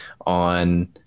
on